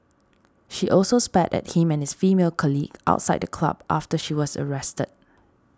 she also spat at him and his female colleague outside the club after she was arrested